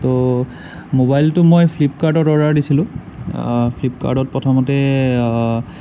ত' ম'বাইলটো মই ফ্লিপকাৰ্টত অৰ্ডাৰ দিছিলোঁ ফ্লিপকাৰ্টত প্ৰথমতে